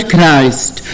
Christ